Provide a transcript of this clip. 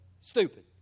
stupid